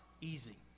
easy